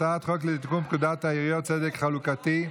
הצעת חוק לתיקון פקודת העיריות (צדק חלוקתי).